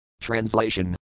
Translation